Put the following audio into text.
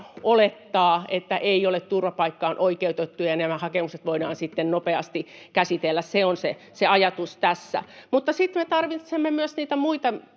olettaa, että ne eivät ole turvapaikkaan oikeutettuja. Nämä hakemukset voidaan sitten nopeasti käsitellä. Se on se ajatus tässä. Sitten me tarvitsemme myös niitä muita